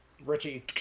Richie